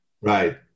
Right